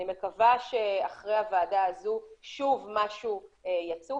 אני מקווה שאחרי הוועדה הזו שוב משהו יצוף.